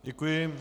Děkuji.